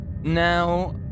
Now